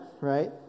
right